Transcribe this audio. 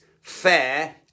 fair